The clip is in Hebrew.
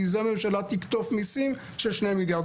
מזה הממשלה תקטוף מיסים של 2 מיליארד.